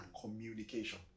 communication